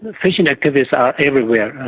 but fishing activities are everywhere.